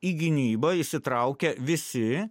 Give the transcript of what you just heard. į gynybą įsitraukia visi